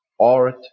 art